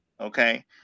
okay